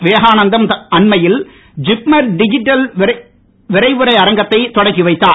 விவேகானந்தம் அண்மையில் ஜிப்மரில் டிஜிட்டல் விரைவுரை அரங்கத்தை தொடக்கி வைத்தார்